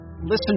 Listen